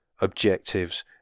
objectives